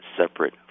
separate